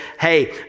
Hey